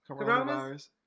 Coronavirus